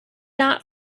not